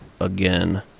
Again